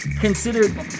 considered